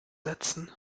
setzen